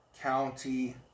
County